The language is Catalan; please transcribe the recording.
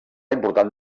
important